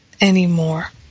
Anymore